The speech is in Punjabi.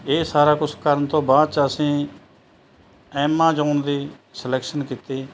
ਇਹ ਸਾਰਾ ਕੁਛ ਕਰਨ ਤੋਂ ਬਾਅਦ 'ਚ ਅਸੀਂ ਐਮਾਜੋਨ ਦੀ ਸਿਲੈਕਸ਼ਨ ਕੀਤੀ